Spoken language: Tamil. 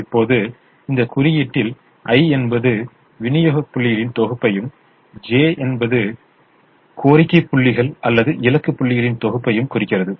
இப்போது இந்த குறியீட்டில் 'i' என்பது விநியோக புள்ளிகளின் தொகுப்பையும் 'j' என்பது கோரிக்கை புள்ளிகள் அல்லது இலக்கு புள்ளிகளின் தொகுப்பையும் குறிக்கிறது